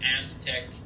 Aztec